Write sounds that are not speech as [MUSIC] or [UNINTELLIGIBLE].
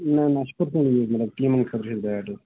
نَہ نَہ اَسہِ چھُ [UNINTELLIGIBLE] ٹیٖمن خٲطرٕ یُس بیٹ